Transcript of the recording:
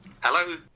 Hello